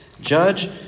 Judge